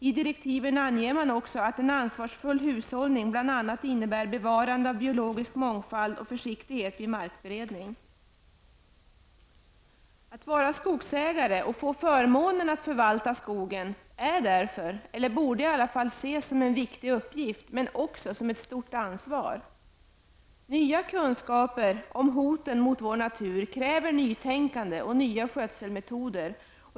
I direktiven anges också att en ansvarsfull hushållning bl.a. innebär bevarande av biologisk mångfald och försiktighet vid markberedning. Att vara skogsägare och får förmånen att förvalta skogen är därför, eller borde i alla fall ses som en viktig uppgift, men också som ett stort ansvar. Nya kunskaper om hoten mot vår natur kräver nytänkande och nya skötselmetoder.